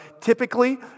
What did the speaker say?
Typically